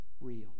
real